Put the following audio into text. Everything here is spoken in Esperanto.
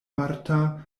marta